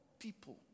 people